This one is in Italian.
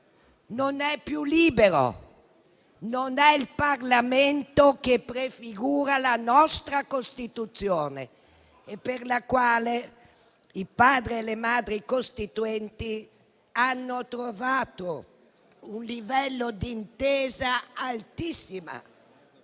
non è più libero. Non è il Parlamento che prefigura la nostra Costituzione per la quale i Padri e le Madri costituenti hanno trovato un livello di intesa altissimo.